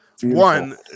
one